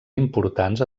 importants